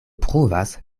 pruvas